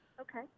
okay